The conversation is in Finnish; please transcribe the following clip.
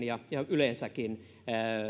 ja ja yleensäkin